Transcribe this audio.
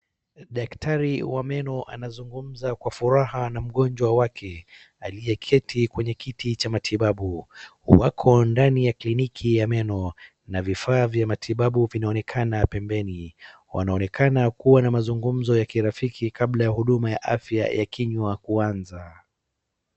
Daktari wa meno anazungumza kwa furaha na mgonjwa wake aliyeketi kwenye kiti cha matibabu. Wako ndani ya kliniki ya meno na vifaa vya matibabu vinaonekana pembeni. Wanaonekana kuwa na mazungumzo ya kirafiki kabla ya huduma ya afya ya kichwa kuanza.